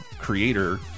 creator